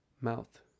mouth